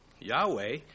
Yahweh